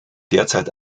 derzeit